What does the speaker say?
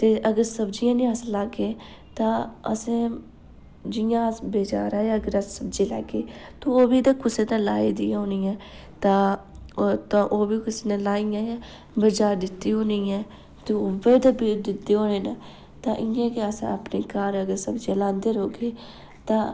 ते अगर सब्ज़ियां नी अस लागे तां असें जियां अस बजारै अगर अस सब्ज़ी लैगे तो ओह् बी तां कुसै न लाई दी गै होनी ऐ तां तां ओह् बी कुसै न लाई न बजार दित्ती होनी ऐ ते उ'यै ते दित्ते होने न ते इयां गै अस अपने घर अगर सब्ज़ियां लांदे रौह्गे तां